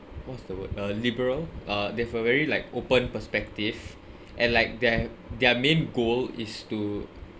what's the word uh liberal uh they've a very like open perspective and like their their main goal is to